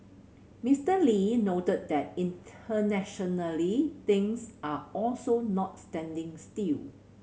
Mister Lee noted that internationally things are also not standing still